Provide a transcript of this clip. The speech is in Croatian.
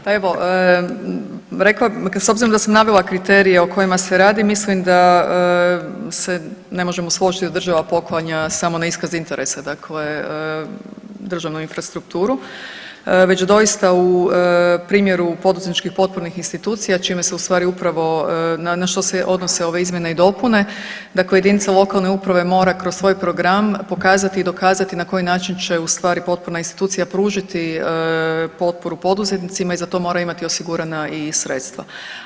Pa evo, s obzirom da sam navela kriterije o kojima se radi, mislim da se ne možemo složiti da država poklanja samo na iskaz interesa, dakle državnu infrastrukturu već doista u primjeru poduzetničkih potpornih institucija čime se u stvari upravo na, na što se odnose ove izmjene i dopune, dakle jedinica lokalne uprave mora kroz svoj program pokazati i dokazati na koji način će u stvari potporna institucija pružiti potporu poduzetnicima i za to moraju imati osigurana i sredstva.